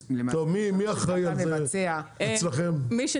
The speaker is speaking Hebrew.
מי אחראי על זה אצלכם?